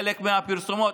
חלק מהפרסומות.